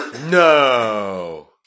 no